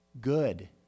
Good